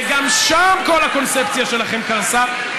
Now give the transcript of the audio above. וגם שם כל הקונספציה שלכם קרסה,